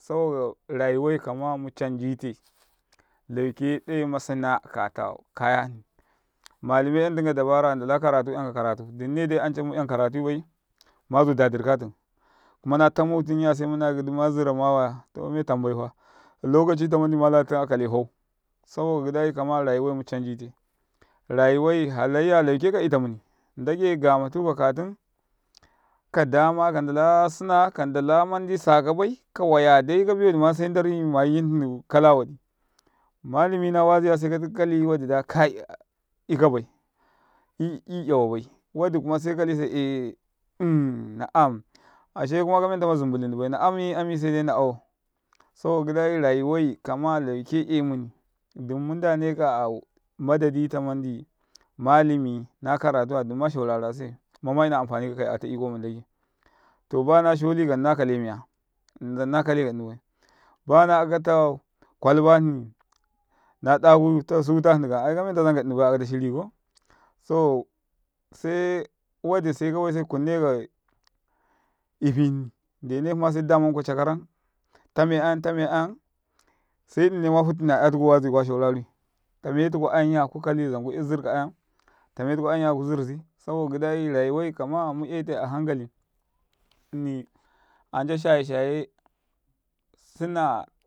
Rayuwai kama musafaita lauka dawe masi na'akata kare hni malume yantun kadabara ndala yanka kartu dumnedai ancamiyan karatui bai mazu dadir gatum hma na tamu tum ya semunakau gidima zirau mawaya to me tambari fa kalokaci mandi malatun akale tau saboka gidai kama rayuwai mu safa ite rayuwai halaiya lauke ka ita muni ndage mttuka katum, kadam ka ndala mandi nasina ka ndala mandi sa kabai. Kabi wadima se ndaru mayi yin hni jii wadi, malumi nawaziya seka kali wadi da kai ika bai i 'yawabai, wadi hma seka kalise e um naam amma ashe kuma a kamentama zambulum hnibai na'am ami se dai naawo. Saboka gidai rayuwai kama lauke 'yay muni madadita malumi na karatuya dum mala krim tase hma ma ina amfani kakai nakale miya nni zam nakale kannibai bana menta kwaibani na akatu suta hni aika menta zamka nnibai akata shiriko, to se wadi seka waise kunncika ifi hni ndene hma damunkuku kacakaram tame a yam tame a yam se nnine ma futtina yatuku wazama krimtai. Tematukuciyam ya zam kuzurka a yam tuku zarsi saboka gidai rayuwai kama mu 'yaite a hankali nni anca shaye-shaye.